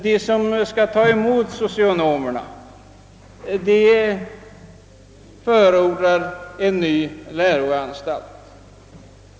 De som skall ta emot socionomerna förordar en ny läroanstalt.